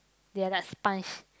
they are like sponge